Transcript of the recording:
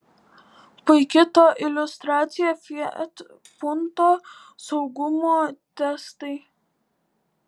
puiki to iliustracija fiat punto saugumo testai